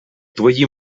твої